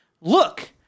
Look